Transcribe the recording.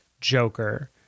Joker